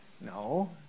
No